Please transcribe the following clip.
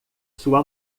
sua